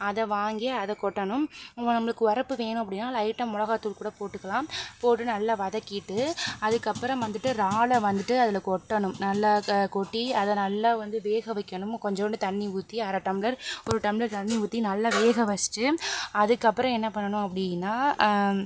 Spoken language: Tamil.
அதை வாங்கி அதை கொட்டணும் நம்பளுக்கு ஒரைப்பு வேணும் அப்படின்னா லைட்டாக மிளகாத்தூள் கூட போட்டுக்கலாம் போட்டு நல்லா வதக்கிவிட்டு அதுக்கப்புறம் வந்துட்டு இறாலை வந்துட்டு அதில் கொட்டணும் நல்லா க கொட்டி அதை நல்லா வந்து வேக வைக்கணும் கொஞ்சோண்டு தண்ணி ஊற்றி அரை டம்ளர் ஒரு டம்ளர் தண்ணி ஊற்றி நல்லா வேக வச்சுட்டு அதுக்கப்புறம் என்ன பண்ணணும் அப்படின்னா